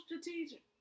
strategic